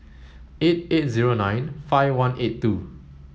eight eight zero nine five one eight two